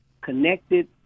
connected